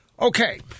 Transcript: Okay